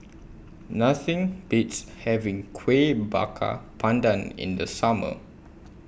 Nothing Beats having Kueh Bakar Pandan in The Summer